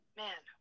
man